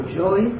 joy